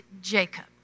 Jacob